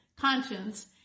conscience